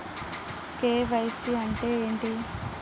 KYC అంటే ఏంటి?